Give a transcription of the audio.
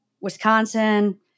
Wisconsin